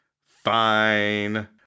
Fine